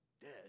dead